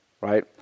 Right